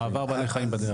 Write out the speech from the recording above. מעבר בעלי חיים בדרך.